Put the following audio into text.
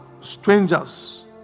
strangers